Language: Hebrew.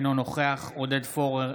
אינו נוכח עודד פורר,